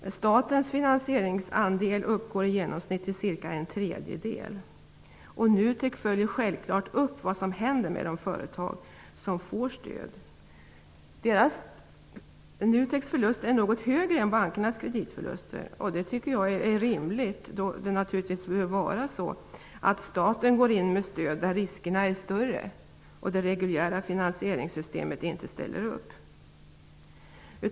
Statens finansieringsandel uppgår i genomsnitt till cirka en tredjedel. NUTEK följer självfallet upp vad som händer med de företag som får stöd. NUTEK:s förluster är något större än bankernas kreditförluster. Det tycker jag är rimligt. Det bör naturligtvis vara så att staten går in med stöd där riskerna är större och det reguljära finansieringssystemet inte ställer upp.